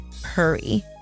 hurry